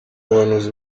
buhanuzi